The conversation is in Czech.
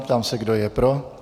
Ptám se, kdo je pro.